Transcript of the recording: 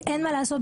אין מה לעשות,